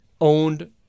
owned